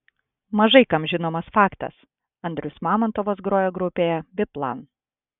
mažai kam žinomas faktas andrius mamontovas grojo grupėje biplan